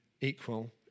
equal